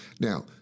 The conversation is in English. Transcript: Now